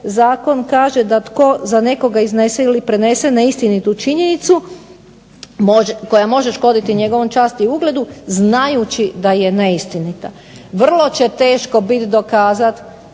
zakon kaže da tko za nekoga iznese ili prenese neistinitu činjenicu koja može škoditi njegovoj časti i ugledu znajući da je neistinita. Vrlo će teško bit dokazat